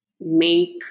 make